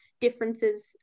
differences